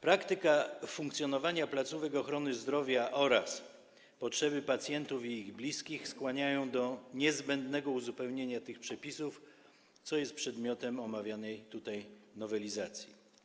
Praktyka funkcjonowania placówek ochrony zdrowia oraz potrzeby pacjentów i ich bliskich skłaniają do niezbędnego uzupełnienia tych przepisów, co jest przedmiotem omawianej tutaj nowelizacji.